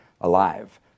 alive